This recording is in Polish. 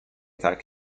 tak